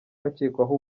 bakekwaho